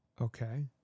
Okay